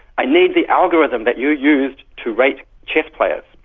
i need the algorithm that you used to rate chess players.